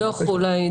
הדוח אולי.